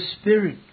spirit